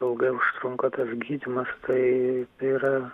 ilgai užtrunka tas gydymas tai tai yra